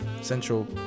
Central